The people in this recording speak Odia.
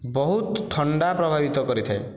ବହୁତ ଥଣ୍ଡା ପ୍ରଭାବିତ କରିଥାଏ